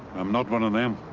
i'm not one of them.